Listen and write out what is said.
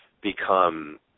become